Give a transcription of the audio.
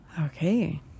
Okay